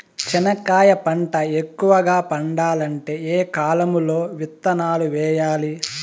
చెనక్కాయ పంట ఎక్కువగా పండాలంటే ఏ కాలము లో విత్తనాలు వేయాలి?